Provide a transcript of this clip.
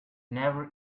never